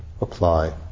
apply